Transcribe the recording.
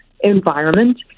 environment